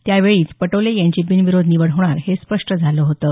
त्यावेळी पटोले यांची बिनविरोध निवड होणार हे स्पष्ट झालं होतं